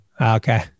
Okay